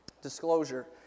Disclosure